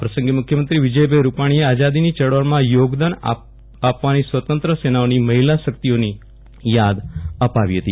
આ પ્રસંગે મુખ્યમંત્રી વિજયભાઇ રૂપાણીએ આઝાધીની ચળવળમાં યોગદાન આપવાની સ્વાતંત્ર્યસેનાની મહિલા શક્તિઓની યાદ અપાવી હતી